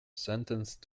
sentence